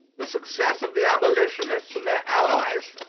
the success of the abolitionists and their allies,